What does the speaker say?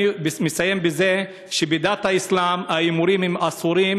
אני מסיים בזה שבדת האסלאם הימורים אסורים